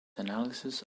analysis